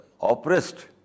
oppressed